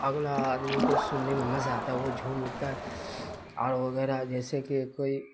اگلا آدمی کو سننے میں مزہ آتا ہے وہ جھوم اٹھتا ہے اور وغیرہ جیسے کہ کوئی